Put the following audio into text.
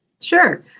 Sure